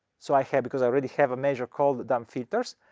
so i have, because i already have a measure called dump filters.